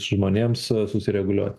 žmonėms susireguliuot